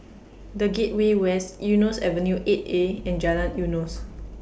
The Gateway West Eunos Avenue eight A and Jalan Eunos